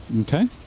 Okay